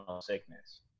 sickness